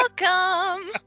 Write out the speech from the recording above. welcome